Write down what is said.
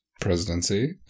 presidency